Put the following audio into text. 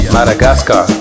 Madagascar